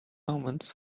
omens